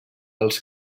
els